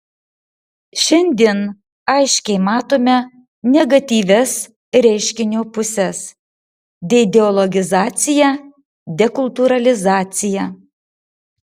šiandien aiškiai matome negatyvias reiškinio puses deideologizaciją dekultūralizaciją